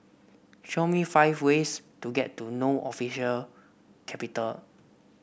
show me five ways to get to No official capital